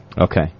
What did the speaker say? okay